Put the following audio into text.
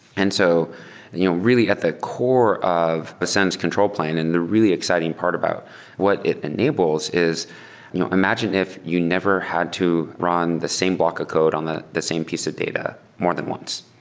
and so you know really, at the core of, a sense, control plane, and the really exciting part about what it enables is imagine if you never had to run the same block of code on the the same piece of data more than once.